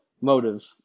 motive